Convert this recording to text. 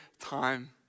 time